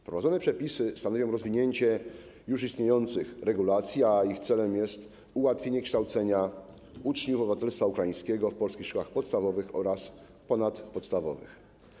Wprowadzone przepisy stanowią rozwinięcie już istniejących regulacji, a ich celem jest ułatwienie kształcenia uczniów obywatelstwa ukraińskiego w polskich szkołach podstawowych oraz ponadpodstawowych.